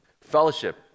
Fellowship